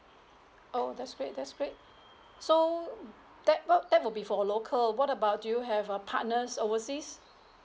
oh that's great that's great so that well that will be for local what about do you have uh partners overseas